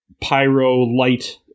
pyro-light